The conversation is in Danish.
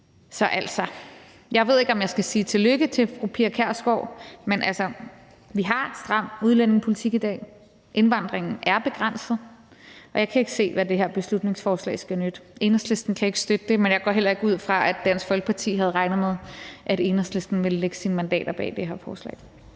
Så jeg ved ikke, om jeg skal sige tillykke til fru Pia Kjærsgaard, men vi har en stram udlændingepolitik i dag, indvandringen er begrænset, og jeg kan ikke se, hvad det her beslutningsforslag skal nytte. Enhedslisten kan ikke støtte det, men jeg går heller ikke ud fra, at Dansk Folkeparti havde regnet med, at Enhedslisten ville lægge sine mandater bag det her forslag.